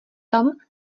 tom